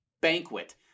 banquet